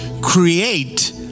create